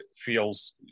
feels